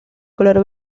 color